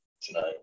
tonight